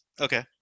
Okay